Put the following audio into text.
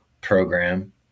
program